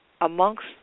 amongst